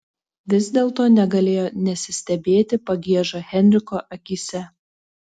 vis dėlto negalėjo nesistebėti pagieža henriko akyse